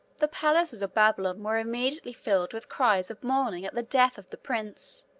the palaces of babylon were immediately filled with cries of mourning at the death of the prince,